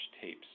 tapes